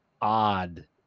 odd